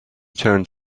turned